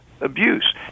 abuse